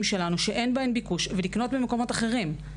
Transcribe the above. שלנו שאין להן ביקוש ולקנות במקומות אחרים.